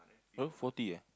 berapa forty eh